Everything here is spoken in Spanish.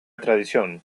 tradición